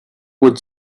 would